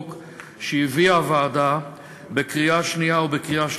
שהביאה הוועדה בקריאה שנייה ובקריאה שלישית.